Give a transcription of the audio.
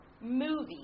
movie